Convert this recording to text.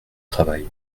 travail